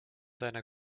seiner